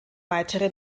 weitere